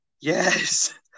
Yes